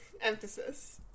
emphasis